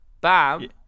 bam